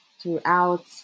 throughout